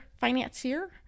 financier